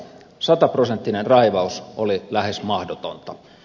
sataprosenttinen raivaus oli lähes mahdotonta